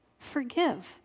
Forgive